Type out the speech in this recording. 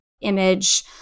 image